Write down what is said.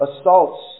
assaults